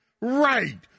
Right